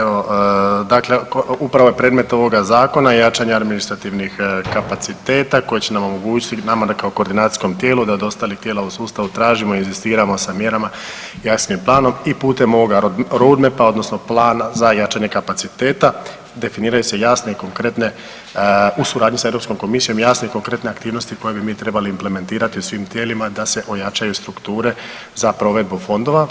Evo dakle upravo je predmet ovoga zakona jačanje administrativnih kapaciteta koji će nam omogućiti nama kao koordinacijskom tijelu da od ostalih tijela u sustavu tražimo i inzistiramo sa mjerama … [[ne razumije se]] planom i putem ovoga … [[ne razumije se]] pa odnosno plan za jačanje kapaciteta definiraju se jasne i konkretne u suradnji sa Europskom komisijom jasne i konkretne aktivnosti koje bi mi trebali implementirati u svim tijelima da se ojačaju strukture za provedbu fondova.